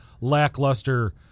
lackluster